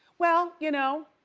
well, you know,